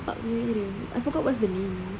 punya area I forgot what's the name